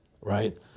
right